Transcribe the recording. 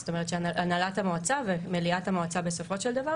של הנהלת המועצה ומליאת המועצה בסופו של דבר